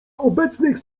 obecnych